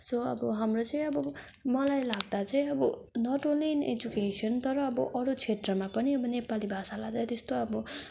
so अब हाम्रो चाहिँ अब मलाई लाग्दा चाहिँ अब नट ओन्ली इन एजुकेशन तर अब अरू क्षेत्रमा पनि अब नेपाली भाषालाई त्यस्तो अब